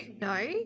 No